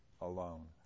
alone